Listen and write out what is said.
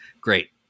great